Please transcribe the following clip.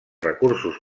recursos